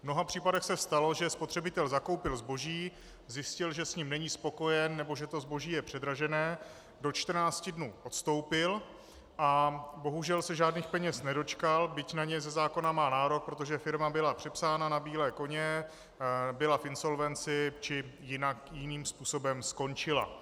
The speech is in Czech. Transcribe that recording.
V mnoha případech se stalo, že spotřebitel zakoupil zboží, zjistil, že s ním není spokojen nebo že to zboží je předražené, do 14 dnů odstoupil a bohužel se žádných peněz nedočkal, byť na ně ze zákona má nárok, protože firma byla přepsána na bílé koně, byla v insolvenci či jiným způsobem skončila.